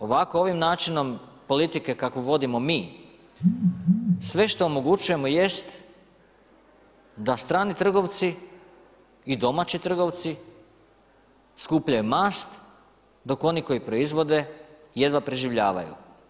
Ovako, ovim način politike kakvu vodimo mi, sve što omogućujemo jest da strani trgovci i domaći trgovci skupljaju mast, dok oni koji proizvode jedva preživljavaju.